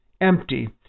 empty